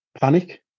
Panic